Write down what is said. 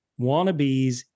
wannabes